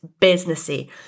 businessy